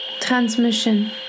Transmission